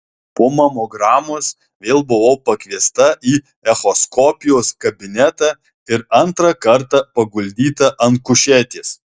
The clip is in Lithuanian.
po mamogramos vėl buvau pakviesta į echoskopijos kabinetą ir antrą kartą paguldyta ant kušetės